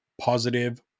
positive